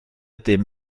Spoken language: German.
dem